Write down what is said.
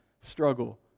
struggle